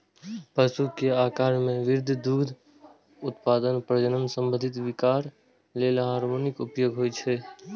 पशु के आाकार मे वृद्धि, दुग्ध उत्पादन, प्रजनन संबंधी विकार लेल हार्मोनक उपयोग होइ छै